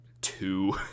two